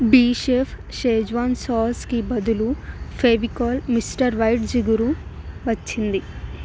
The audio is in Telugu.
బీషెఫ్ షెజ్వాన్ సాస్కి బదులు ఫెవికాల్ మిస్టర్ వైట్ జిగురు వచ్చింది